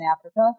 Africa